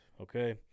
okay